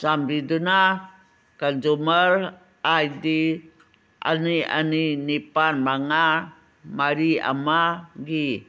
ꯆꯥꯟꯕꯤꯗꯨꯅ ꯀꯟꯖꯨꯃꯔ I D ꯑꯅꯤ ꯑꯅꯤ ꯅꯤꯄꯥꯜ ꯃꯉꯥ ꯃꯔꯤ ꯑꯃꯒꯤ